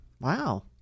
Wow